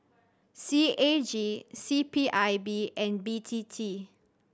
C A G C P I B and B T T